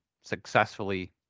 successfully